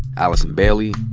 allison bailey,